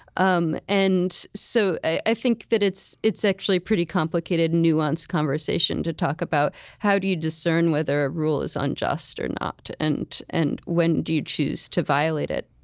um and so i think that it's it's actually a pretty complicated, nuanced conversation to talk about how do you discern whether a rule is unjust or not? and and when do you choose to violate it?